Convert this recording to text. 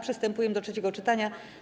Przystępujemy do trzeciego czytania.